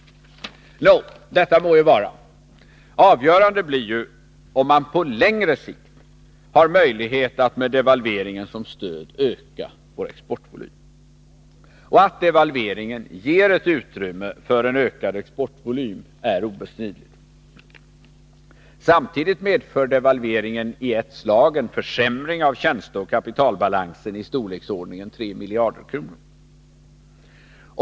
Nå, detta må vara. Avgörande blir ju, om vi på längre sikt har möjlighet att med devalveringen till stöd öka vår exportvolym. Att devalveringen ger ett utrymme för en ökad exportvolym är obestridligt. Samtidigt medför den i ett slag en försämring av tjänsteoch kapitalbalansen i storleksordningen 3 miljarder kronor.